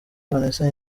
vanessa